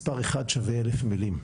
מספר אחד שווה אלף מילים,